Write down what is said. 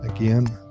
Again